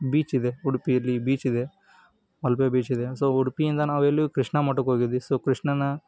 ಬೀಚಿದೆ ಉಡುಪಿಯಲ್ಲಿ ಬೀಚಿದೆ ಮಲ್ಪೆ ಬೀಚಿದೆ ಸೊ ಉಡುಪಿಯಿಂದ ನಾವು ಎಲ್ಲಿಗೆ ಕೃಷ್ಣ ಮಠಕ್ಕೆ ಹೋಗಿದ್ವಿ ಸೊ ಕೃಷ್ಣನ